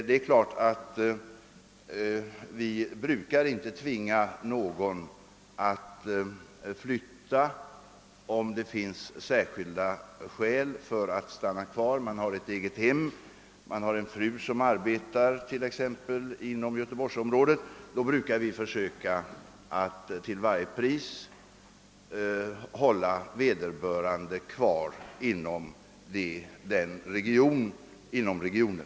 Det är klart att vi inte brukar tvinga någon att flytta, om särskilda skäl föreligger för att stanna kvar — man kan ha ett eget hem eller en fru som arbetar inom göteborgsområdet. I sådana fall brukar vi försöka att till varje pris hålla vederbörande kvar inom regionen.